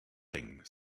thing